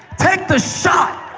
take the shot.